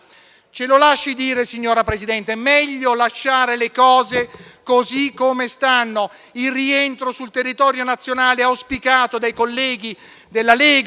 Ce lo lasci dire, signor Presidente, è meglio lasciare le cose così come stanno. Il rientro sul territorio nazionale auspicato dai colleghi della Lega,